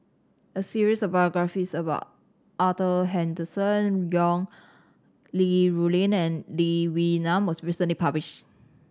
a series of biographies about Arthur Henderson Young Li Rulin and Lee Wee Nam was recently published